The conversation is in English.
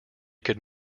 could